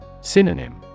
Synonym